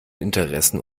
interessen